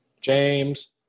James